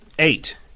Eight